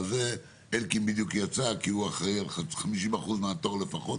אלקין בדיוק יצא כי הוא אחראי על 50% מהתור לפחות,